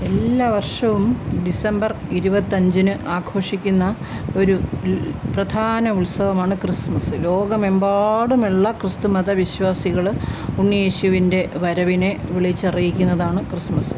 എല്ലാവർഷവും ഡിസംബർ ഇരുപത്തി അഞ്ചിന് ആഘോഷിക്കുന്ന ഒരു പ്രധാന ഉത്സവമാണ് ക്രിസ്മസ് ലോകമെമ്പാടുമുള്ള ക്രിസ്തുമത വിശ്വാസികൾ ഉണ്ണിയേശുവിൻ്റെ വരവിനെ വിളിച്ചറിയിക്കുന്നതാണ് ക്രിസ്മസ്